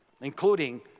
including